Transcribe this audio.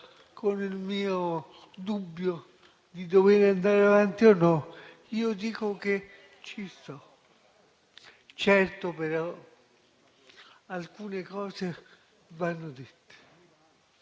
con il mio dubbio di dover andare avanti o no, io dico che ci sto. Certo, però, alcune cose vanno dette.